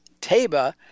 Taba